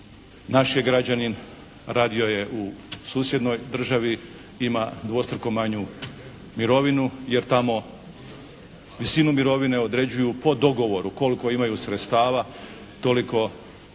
naš je građanin, radio je u susjednoj državi ima dvostruko manju mirovinu jer tamo visinu mirovine određuje po dogovoru. Koliko imaju sredstava toliko